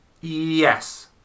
Yes